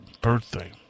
birthday